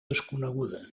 desconeguda